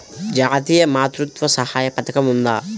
జాతీయ మాతృత్వ సహాయ పథకం ఉందా?